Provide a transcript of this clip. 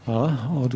Hvala.